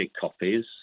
copies